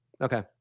Okay